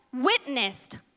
witnessed